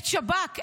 את שב"כ,